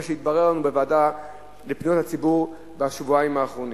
מה שהתברר לנו בוועדה לפניות הציבור בשבועיים האחרונים.